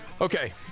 Okay